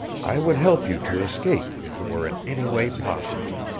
i would help you to escape if it were in any way possible.